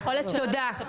תודה.